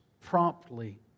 promptly